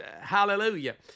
Hallelujah